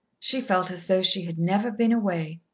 she felt as though she had never been away.